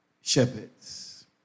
shepherds